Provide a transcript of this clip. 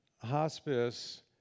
hospice